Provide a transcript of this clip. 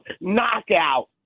knockout